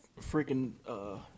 freaking